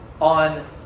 on